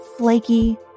Flaky